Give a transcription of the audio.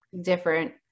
different